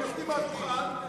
הם יורדים מהדוכן ואומרים: